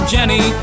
Jenny